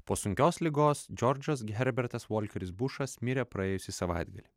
po sunkios ligos džordžas herbertas volkeris bušas mirė praėjusį savaitgalį